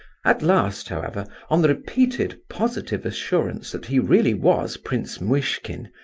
at last, however, on the repeated positive assurance that he really was prince muishkin,